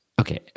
Okay